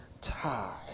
Tie